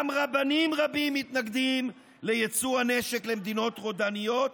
גם רבנים רבים מתנגדים ליצוא הנשק למדינות רודניות,